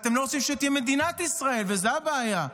אתם לא רוצים שתהיה מדינת ישראל וזו הבעיה.